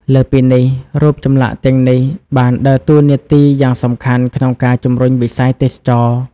លើសពីនេះ រូបចម្លាក់ទាំងនេះបានដើរតួនាទីយ៉ាងសំខាន់ក្នុងការ ជំរុញវិស័យទេសចរណ៍។